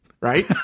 Right